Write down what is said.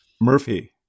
Murphy